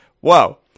Whoa